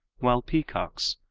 while peacocks,